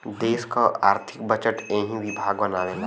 देस क आर्थिक बजट एही विभाग बनावेला